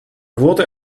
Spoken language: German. wurde